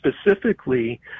specifically